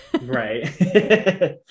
Right